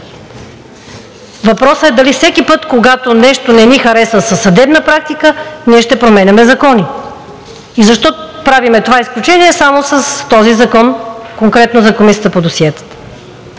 Въпросът е дали всеки път, когато нещо не ни хареса в съдебната практика, ние ще променяме закони. Защо правим това изключение само с този закон – конкретно за Комисията по досиетата?